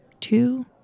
two